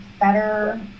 better